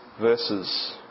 verses